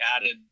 added